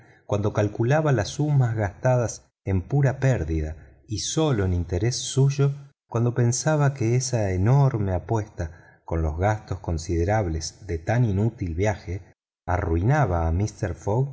cuando calculaba las sumas gastadas en pura pérdida y sólo en interés suyo cuando pensaba que esa enorme apuesta con los gastos considerables de tan inútil viaje arruinaba a mister fogg